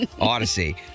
Odyssey